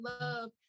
love